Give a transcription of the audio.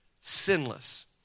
sinless